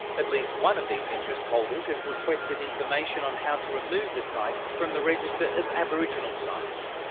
at least one of these interest holders has requested information on how to remove the site from the register of aboriginal sites.